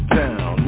down